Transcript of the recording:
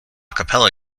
capella